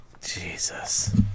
Jesus